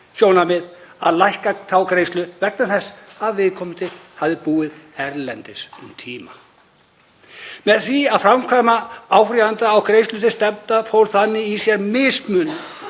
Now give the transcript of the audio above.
sjónarmið að lækka þá greiðslu vegna þess að viðkomandi hafi áður búið erlendis um tíma. Með því að framkvæmd áfrýjanda á greiðslum til stefndu fól þannig í sér mismunun